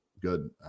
good